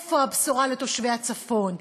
איפה הבשורה לתושבי הצפון?